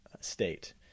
state